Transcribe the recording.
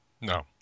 No